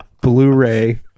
Blu-ray